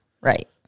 Right